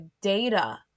data